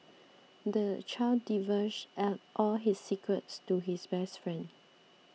the child divulged at all his secrets to his best friend